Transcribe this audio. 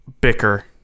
bicker